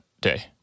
day